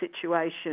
situation